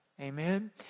Amen